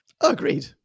agreed